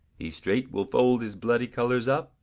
he straight will fold his bloody colours up,